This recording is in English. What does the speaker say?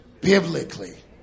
biblically